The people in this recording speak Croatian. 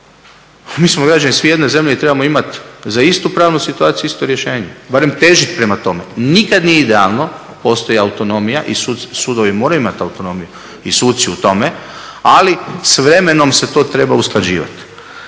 Mi smo građani svi jedne zemlje i trebamo imati za istu pravnu situaciju isto rješenje, barem težiti prema tome. Nikad nije idealno, postoji autonomija i sudovi moraju imati autonomiju i suci u tome ali s vremenom se to treba usklađivati.